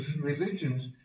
religions